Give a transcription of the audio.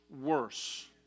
worse